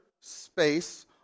space